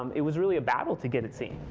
um it was really a battle to get it seen.